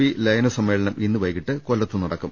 P ലയന സമ്മേളനം ഇന്ന് വൈകിട്ട് കൊല്ലത്ത് നടക്കും